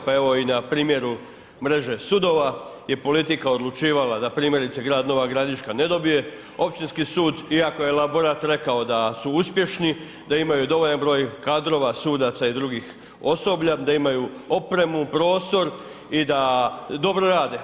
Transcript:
Pa evo i na primjeru mreže sudova je politika odlučivala da primjerice grad Nova Gradiška ne dobije općinski sud iako je laborat rekao da su uspješni, da imaju dovoljan broj kadrova, sudaca i drugih osoblja, da imaju opremu, prostor i da dobro rade.